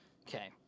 Okay